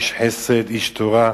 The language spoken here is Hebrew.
איש חסד, איש תורה,